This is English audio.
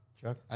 Chuck